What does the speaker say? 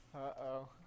Uh-oh